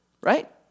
right